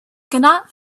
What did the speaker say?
cannot